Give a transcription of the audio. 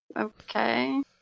okay